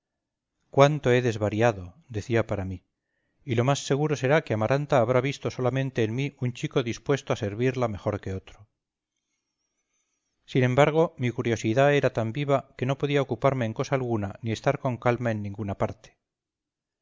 cuánto he desvariado decía para mí y lo más seguro será que amaranta habrá visto solamente en mí un chico dispuesto a servirla mejor que otro sin embargo mi curiosidad era tan viva que no podía ocuparme en cosa alguna ni estar con calma en ninguna parte